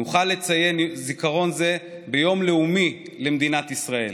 נוכל לציין זיכרון זה ביום לאומי למדינת ישראל.